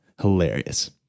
Hilarious